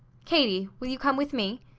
katie, will you come with me?